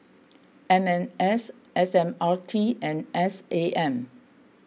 M M S S M R T and S A M